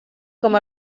com